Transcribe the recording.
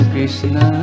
Krishna